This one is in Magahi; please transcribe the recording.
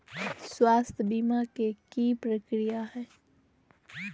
स्वास्थ बीमा के की प्रक्रिया है?